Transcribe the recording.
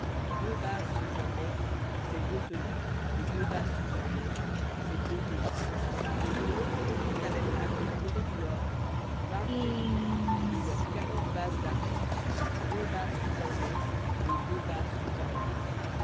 deux bases sous un ais pour ses deux tenons et deux bases sous un ais pour ses deux tenons et pour l'autre côté du tabernacle du côté du nord vingt ais et leurs quarante bases d'argent deux bases sous un ais et deux bases sous un ais